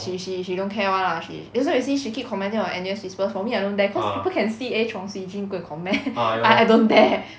she she she don't care [one] lah she that's why you see she keep commenting on N_U_S whispers for me I don't dare cause people can see eh chong see jun go and comment I I don't dare